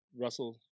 Russell